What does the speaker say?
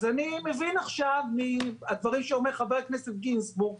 אז אני מבין עכשיו מהדברים שאומר חבר הכנסת גינזבורג,